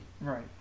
Right